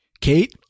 Kate